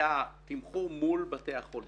זה התמחור מול בתי החולים.